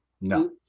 No